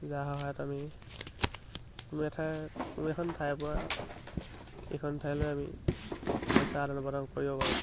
যাৰ সহায়ত আমি কোনো এঠাইত কোনো এখন ঠাইৰ পৰা এইখন ঠাইলৈ আমি পইচা আদান প্ৰদান কৰিব পাৰোঁ